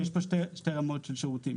יש פה שתי רמות של שירותים,